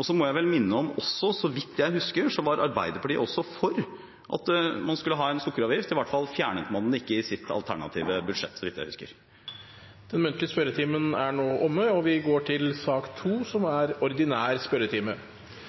Så må jeg minne om at så vidt jeg husker, var også Arbeiderpartiet for at man skulle ha en sukkeravgift. I hvert fall fjernet man den ikke i sitt alternative budsjett, så vidt jeg husker. Dermed er den muntlige spørretimen omme. Det blir noen endringer i den oppsatte spørsmålslisten, og presidenten viser i den sammenheng til